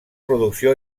producció